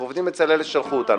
אנחנו עובדים אצל אלה ששלחו אותנו.